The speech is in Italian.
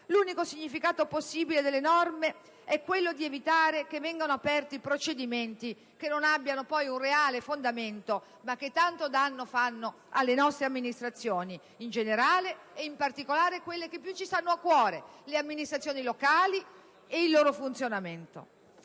l'unico significato possibile delle norme è quello di evitare che vengano aperti procedimenti che non abbiano poi un reale fondamento, ma che tanto danno fanno alle nostre amministrazioni in generale e, in particolare, a quelle che più ci stanno a cuore, vale a dire alle amministrazioni locali e al loro funzionamento.